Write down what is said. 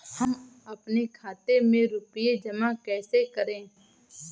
हम अपने खाते में रुपए जमा कैसे करें?